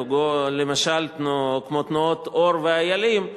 כמו למשל תנועות "אור" ו"איילים",